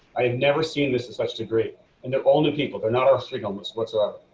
i have never seen this as such degree and the only people. they're not our singleness whatsoever.